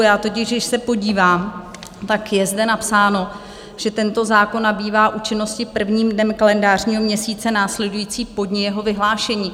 Když se totiž podívám, tak je zde napsáno, že tento zákon nabývá účinnosti prvním dnem kalendářního měsíce následujícího po dni jeho vyhlášení.